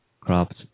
crops